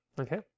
okay